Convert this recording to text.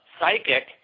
psychic